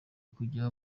kujya